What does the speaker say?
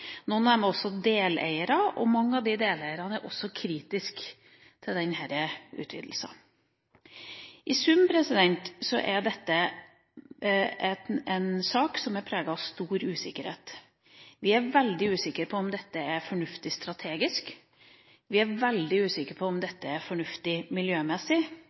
Noen av dem er også deleiere, og mange av disse deleierne er også kritiske til denne utvidelsen. I sum er dette en sak som er preget av stor usikkerhet. Vi er veldig usikre på om dette er fornuftig strategisk. Vi er veldig usikre på om dette er fornuftig miljømessig.